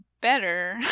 better